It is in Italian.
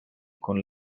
con